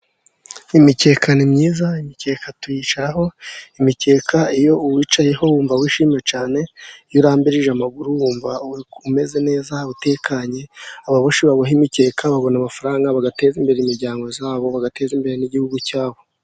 Imikeka nimyiza, imikeka tuyisharaho, imikeka iyo uwicayeho wumva wishimye cyane, iyo urambirije amaguru wumva umeze neza, utekanye, ababoha imikeka babona, amafaranga bagateza imbere imiryango yabo, bagateza imbere n' igihugu cyabo.